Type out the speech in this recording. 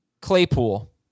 Claypool